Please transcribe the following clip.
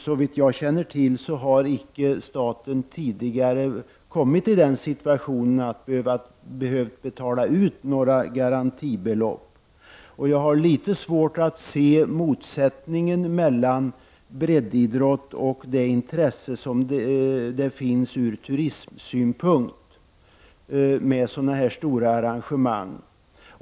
Så vitt jag känner till har icke staten tidigare kommit i den situationen att man har behövt betala ut några garantibelopp. Jag har litet svårt att se motsättningen mellan breddidrott och det intresse som finns ur turismens synpunkt för sådana här stora arrangemang.